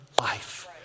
life